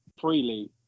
freely